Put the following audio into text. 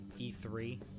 E3